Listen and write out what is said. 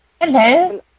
Hello